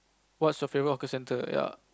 what's your favorite hawker centre ya